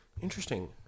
Interesting